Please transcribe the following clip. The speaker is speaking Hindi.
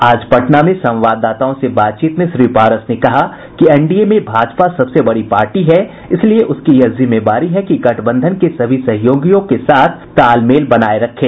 आज पटना में संवाददाताओं से बातचीत में श्री पारस ने कहा कि एनडीए में भाजपा सबसे बड़ी पार्टी है इसलिए उसकी यह जिम्मेवारी है कि गठबंधन के सभी सहयोगियों के साथ तालमेल बनाये रखे